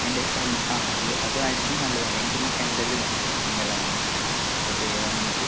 അതിൻ്റെ കല്ല് ആ അത് ആയിരിക്കും നല്ലത് അല്ലെങ്കിൽ പിന്നെ ചെങ്കല്ല് മതി ചെങ്കല്ല് ആണെങ്കിൽ അത് ഇപ്പോൾ ഏതാ നിങ്ങൾക്ക്